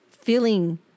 feeling